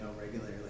regularly